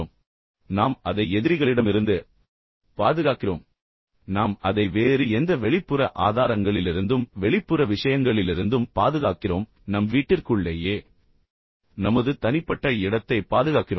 எனவே நாம் அதை எதிரிகளிடமிருந்து பாதுகாக்கிறோம் நாம் அதை வேறு எந்த வெளிப்புற ஆதாரங்களிலிருந்தும் வெளிப்புற விஷயங்களிலிருந்தும் பாதுகாக்கிறோம் மேலும் நம் வீட்டிற்குள்ளேயே நமது தனிப்பட்ட இடத்தைப் பாதுகாக்கிறோம்